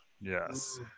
Yes